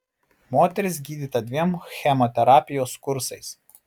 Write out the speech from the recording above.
moteris gydyta dviem chemoterapijos kursais